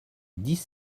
dix